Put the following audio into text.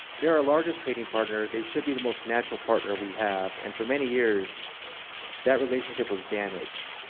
they are our largest trading partner. they should be the most natural partner we have. and for many years that relationship was damaged.